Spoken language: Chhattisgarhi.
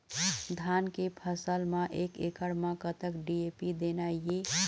धान के फसल म एक एकड़ म कतक डी.ए.पी देना ये?